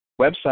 website